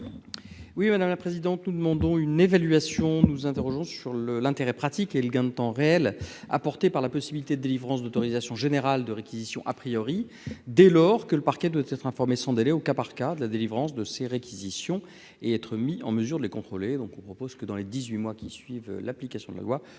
Oui, madame la présidente, nous demandons une évaluation nous interrogeons sur le l'intérêt pratique et le gain de temps réel apporté par la possibilité de délivrance d'autorisation générale de réquisition, a priori, dès lors que le parquet doit être informé sans délai au cas par cas de la délivrance de ces réquisitions et être mis en mesure de les contrôler, donc on propose que dans les 18 mois qui suivent l'application de la loi,